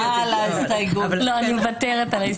אני מוותרת על ההסתייגות.